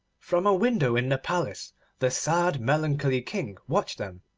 from a window in the palace the sad melancholy king watched them.